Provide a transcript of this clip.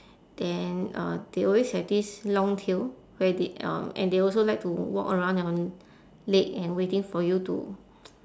then uh they always have this long tail where they um and they also like to walk around your leg and waiting for you to